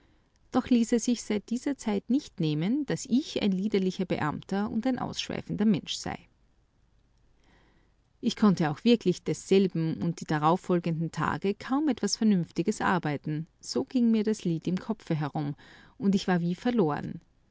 doch ließ er sich seit dieser zeit nicht nehmen daß ich ein liederlicher beamter und ein ausschweifender mensch sei ich konnte auch wirklich desselben und die darauffolgenden tage kaum etwas vernünftiges arbeiten so ging mir das lied im kopfe herum und ich war wie verloren